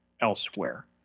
elsewhere